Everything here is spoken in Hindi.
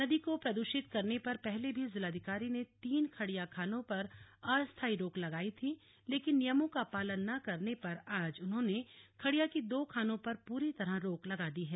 नदी को प्रदूषित करने पर पहले भी जिलाधिकारी ने तीन खड़िया खानों पर अस्थाई रोक लगाई थी लेकिन नियमों का पालन न करने पर आज उन्होंने खड़िया की दो खानों पर पूरी तरह रोक लगा दी है